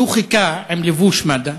הוא חיכה עם לבוש מד"א,